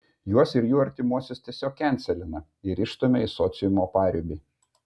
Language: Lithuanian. juos ir jų artimuosius tiesiog kenselina ir išstumia į sociumo paribį